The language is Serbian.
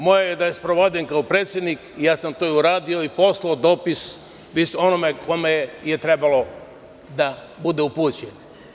Moje je da je sprovodim kao predsednik i ja sam to i uradio i poslao dopis onome kome je trebalo da bude upućeno.